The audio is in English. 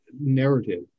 narrative